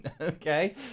Okay